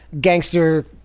gangster